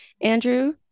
Andrew